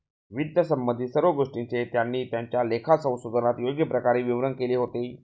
वित्तसंबंधित सर्व गोष्टींचे त्यांनी त्यांच्या लेखा संशोधनात योग्य प्रकारे विवरण केले होते